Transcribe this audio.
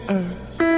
earth